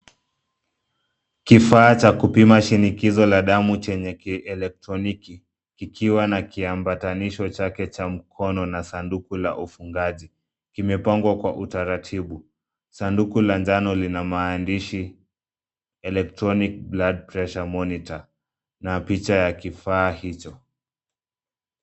Kifaa cha kupima shinikizo la damu chenye kielektroniki ikiwa na kiambatanisho chake cha mkono na sanduku la ufungaji kimepangwa kwa utaratibu, sanduku la njano lina maandishi electronic blood pressure monitor na picha ya kifaa hicho.